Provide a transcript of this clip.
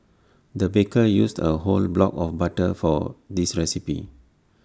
the baker used A whole block of butter for this recipe